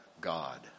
God